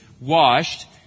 washed